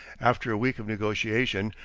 after a week of negotiation,